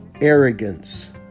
Arrogance